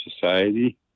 society